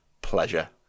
Pleasure